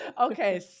Okay